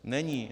Není.